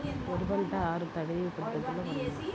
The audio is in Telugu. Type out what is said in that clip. వరి పంట ఆరు తడి పద్ధతిలో పండునా?